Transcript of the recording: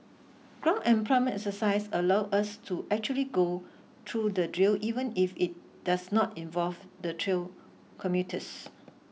ground employment exercise allow us to actually go through the drill even if it does not involve the trail commuters